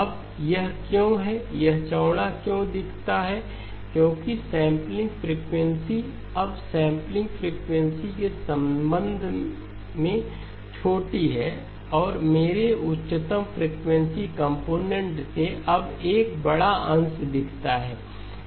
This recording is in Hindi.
अब यह क्यों है यह चौड़ा क्यों दिखता है क्योंकि सेंपलिंग फ्रिकवेंसी अब सेंपलिंग फ्रिकवेंसी के संबंध में छोटी है मेरे उच्चतम फ्रीक्वेंसी कंपोनेंट से अब एक बड़ा अंश दिखता है